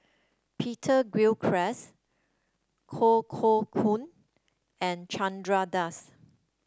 Peter Gilchrist Koh Poh Koon and Chandra Das